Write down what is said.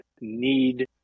need